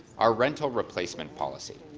our rental replacement policy,